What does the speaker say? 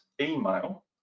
email